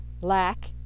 lack